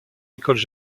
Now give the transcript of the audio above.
écoles